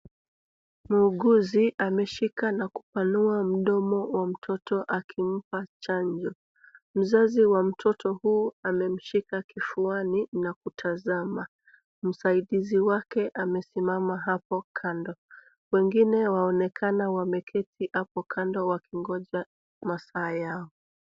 Muuguzi ameshika na kupanua mdomo wa mtoto akimpa chanjo. Mzazi wa mtoto huu amemshika kifuani na kutanzama, msaidizi wake amesimama apo kando, wengine waonekana wameketi hapo kando wakingoja masaa yao.